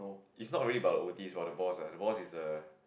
it's not really about the O_T it's about the boss ah the boss is a